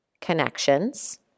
connections